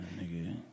nigga